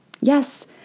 Yes